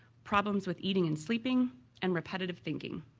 problems with eating and sleeping and repetitive thinking.